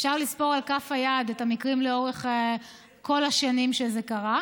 אפשר לספור על כף היד את המקרים לאורך כל השנים שזה קרה.